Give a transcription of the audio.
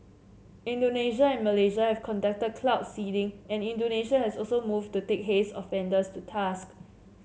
Indonesia and Malaysia have conducted cloud seeding and Indonesia has also moved to take haze offenders to task